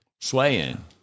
Swaying